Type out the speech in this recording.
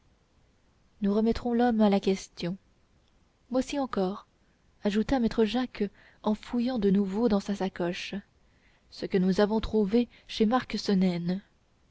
nous remettrons l'homme à la question voici encore ajouta maître jacques en fouillant de nouveau dans sa sacoche ce que nous avons trouvé chez marc